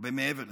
הרבה מעבר לזה,